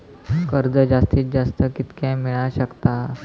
कर्ज जास्तीत जास्त कितक्या मेळाक शकता?